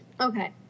okay